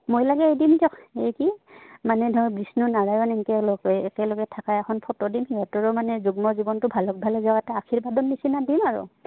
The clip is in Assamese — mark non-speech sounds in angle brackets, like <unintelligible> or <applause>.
মই লাগে এ দিম <unintelligible> মানে ধৰক বিষ্ণু নাৰায়ণ এনেকে একেলগে থাকা এখন ফটো দিম সিহঁতৰো মানে যুগ্ম জীৱনটো ভালক ভাল হৈ <unintelligible> এটা আশীৰ্বাদৰ নিচিনা দিম আৰু